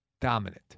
dominant